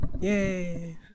Yay